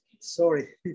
sorry